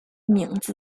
名字